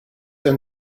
and